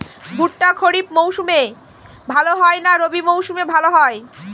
ভুট্টা খরিফ মৌসুমে ভাল হয় না রবি মৌসুমে ভাল হয়?